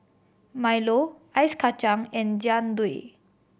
milo Ice Kachang and Jian Dui